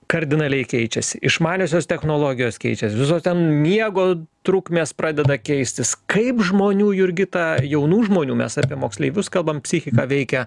kardinaliai keičiasi išmaniosios technologijos keičiasi visos ten miego trukmės pradeda keistis kaip žmonių jurgita jaunų žmonių mes apie moksleivius kalbam psichiką veikia